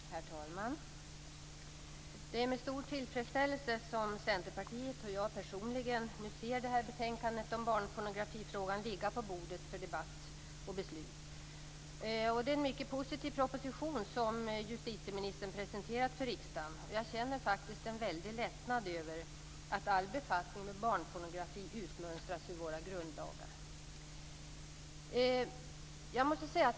Herr talman! Det är med stor tillfredsställelse som Centerpartiet och jag personligen nu ser det här betänkandet om barnpornografifrågan ligga på riksdagens bord för debatt och beslut. Det är en mycket positiv proposition som justitieministern har presenterat för riksdagen, och jag känner faktiskt en väldig lättnad över att all befattning med barnpornografi utmönstras ur våra grundlagar.